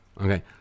Okay